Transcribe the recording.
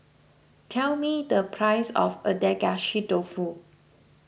tell me the price of Agedashi Dofu